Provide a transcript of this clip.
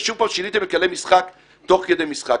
ושוב, שיניתם את כללי המשחק תוך כדי משחק.